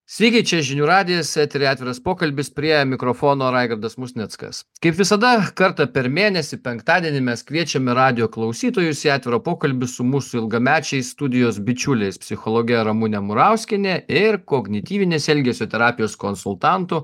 sveiki čia žinių radijas etery atviras pokalbis prie mikrofono raigardas musnickas kaip visada kartą per mėnesį penktadienį mes kviečiame radijo klausytojus į atvirą pokalbį su mūsų ilgamečiais studijos bičiuliais psichologe ramunė murauskiene ir kognityvinės elgesio terapijos konsultantu